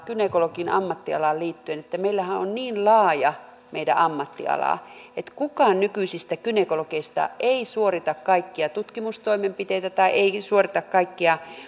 gynekologin ammattialaan liittyen meillähän on niin laaja meidän ammattiala että kukaan nykyisistä gynekologeista ei suorita kaikkia tutkimustoimenpiteitä tai ei suorita kaikkia